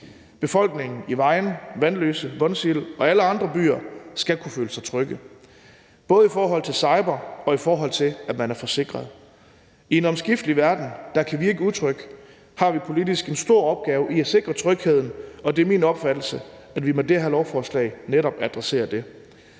Befolkningen i Vejen, Vanløse, Vonsild og alle andre byer skal kunne føle sig trygge, både i forhold til cyberangreb, og i forhold til at man er forsikret. I en omskiftelig verden, der kan virke utryg, har vi politisk en stor opgave i at sikre trygheden, og det er min opfattelse, at vi med det her lovforslag netop adresserer det.